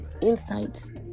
insights